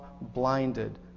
blinded